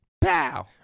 Pow